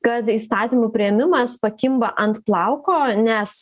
kad įstatymų priėmimas pakimba ant plauko nes